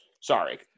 sorry